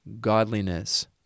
godliness